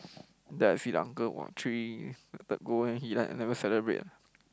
then I see the uncle !wah! three third goal then he like never ah